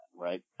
right